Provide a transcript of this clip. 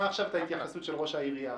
שלום, עפר.